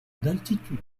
d’altitude